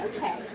Okay